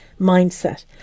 mindset